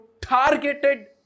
targeted